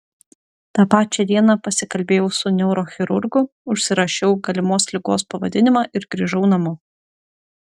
tą pačią dieną pasikalbėjau su neurochirurgu užsirašiau galimos ligos pavadinimą ir grįžau namo